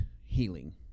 healing